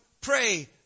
pray